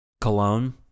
cologne